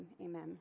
Amen